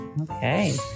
Okay